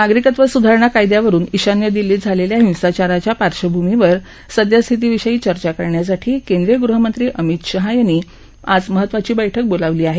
नागरिकत्व स्धारणा कायद्यावरून ईशान्य दिल्लीत झालेल्या हिंसाचाराच्या पार्श्वभूमीवर सदयस्थितीविषयी चर्चा करण्यासाठी केंद्रीय गृहमंत्री अमित शाह यांनी साह यांनी महत्वाची बैठक बोलावली आहे